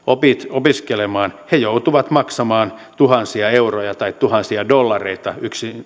opiskelemaan hän joutuu maksamaan tuhansia euroja tai tuhansia dollareita